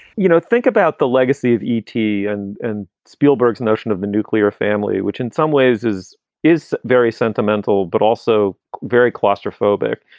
you know, think about the legacy of e t. and and spielberg's notion of the nuclear family, which in some ways is is very sentimental, but also very claustrophobic.